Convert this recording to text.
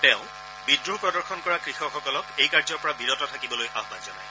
তেওঁ বিদ্ৰোহ প্ৰদৰ্শন কৰা কৃষকসকলক এই কাৰ্যৰ পৰা বিৰত থাকিবলৈ আহান জনায়